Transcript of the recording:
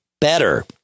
better